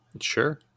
Sure